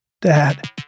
Dad